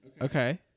Okay